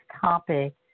topic